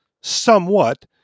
somewhat